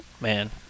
Man